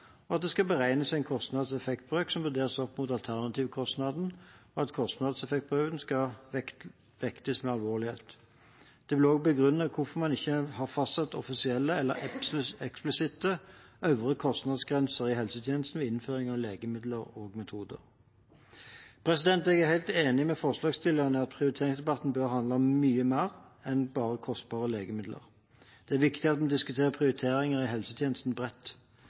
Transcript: og at det skal beregnes en kostnad–effekt-brøk som vurderes opp mot alternativkostnaden, og at kostnad–effekt-brøken skal vektes med alvorlighet. Det ble også begrunnet hvorfor man ikke har fastsatt offisielle eller eksplisitte øvre kostnadsgrenser i helsetjenesten ved innføring av legemidler og metoder. Jeg er helt enig med forslagsstillerne i at prioriteringsdebatten bør handle om mye mer enn bare kostbare legemidler. Det er viktig at vi diskuterer prioriteringer i helsetjenesten bredt.